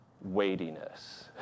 weightiness